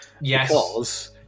yes